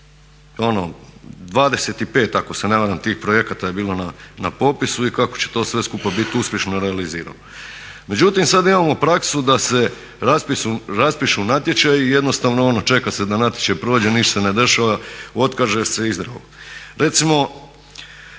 25 ako se ne varam tih projekata je bilo na popisu i kako će to sve skupa biti uspješno realizirano. Međutim sada imamo praksu da se raspišu natječaji i jednostavno se čeka da natječaj prođe, ništa se ne dešava, otkaže se i zdravo.